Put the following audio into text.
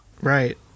Right